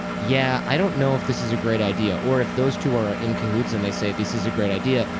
yeah. i don't know if this is a great idea. or if those two are in cahoots and they say, this is a great idea,